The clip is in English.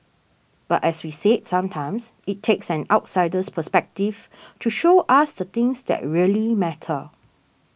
but as we said sometimes it takes an outsider's perspective to show us the things that really matter